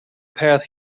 path